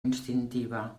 instintiva